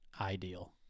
ideal